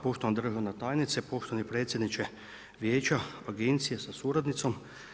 Poštovana državna tajnice, poštovani predsjedniče Vijeća agencije sa suradnicom.